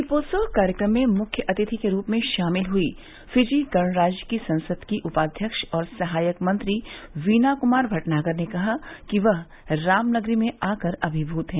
दीपोत्सव कार्यक्रम में मुख्य अतिथि के रूप में शामिल हुई फिजी गणराज्य की संसद की उपाध्यक्ष और सहायक मंत्री वीना कुमार भटनागर ने कहा कि वह राम नगरी में आकर अमीमूत है